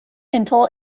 until